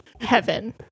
Heaven